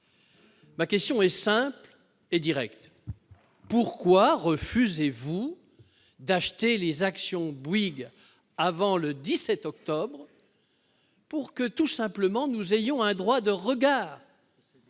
Ma question est donc simple et directe : pourquoi refusez-vous d'acheter les actions Bouygues avant le 17 octobre pour que nous ayons un droit de regard